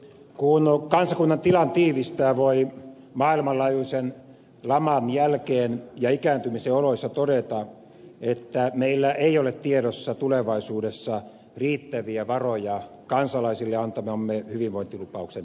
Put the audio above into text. kun kansakunnan tilan tiivistää voi maailmanlaajuisen laman jälkeen ja ikääntymisen oloissa todeta että meillä ei ole tiedossa tulevaisuudessa riittäviä varoja kansalaisille antamamme hyvinvointilupauksen täyttämiseen